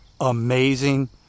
amazing